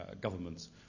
governments